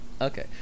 Okay